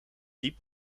diep